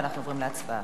אנחנו עוברים להצבעה.